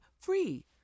free